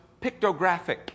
pictographic